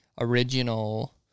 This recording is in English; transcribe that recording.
original